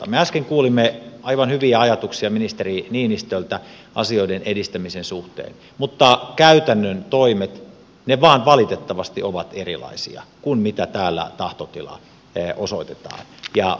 me äsken kuulimme aivan hyviä ajatuksia ministeri niinistöltä asioiden edistämisen suhteen mutta käytännön toimet ne vain valitettavasti ovat erilaisia kuin mikä tahtotila täällä osoitetaan ja puhutaan